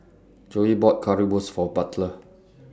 Zoey bought Currywurst For Butler